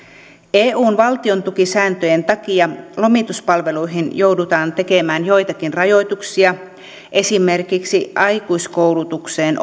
eun valtiontukisääntöjen takia lomituspalveluihin joudutaan tekemään joitakin rajoituksia esimerkiksi aikuiskoulutukseen